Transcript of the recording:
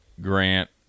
Grant